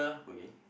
okay